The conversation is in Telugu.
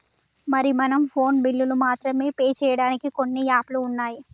మరి మనం ఫోన్ బిల్లులు మాత్రమే పే చేయడానికి కొన్ని యాప్లు ఉన్నాయి